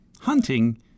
hunting